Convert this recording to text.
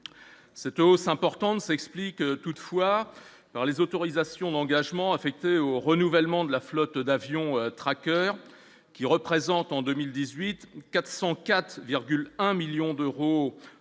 cette hausse importante s'explique toutefois par les autorisations d'engagement affectés au renouvellement de la flotte d'avions traqueur, qui représente en 2018 404,1 millions d'euros en